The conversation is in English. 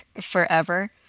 forever